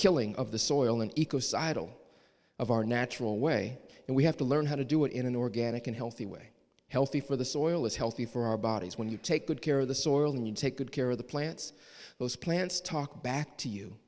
killing of the soil and eco sidle of our natural way and we have to learn how to do it in an organic and healthy way healthy for the soil is healthy for our bodies when you take good care of the soil and you take good care of the plants those plants talk back to you